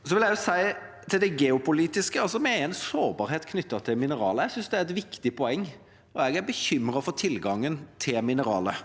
Jeg vil også si, til det geopolitiske, at vi har en sårbarhet knyttet til mineraler. Jeg synes det er et viktig poeng, og jeg er bekymret for tilgangen på mineraler.